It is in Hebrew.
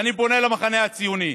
ואני פונה למחנה הציוני: